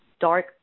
dark